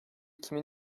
kimin